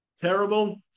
Terrible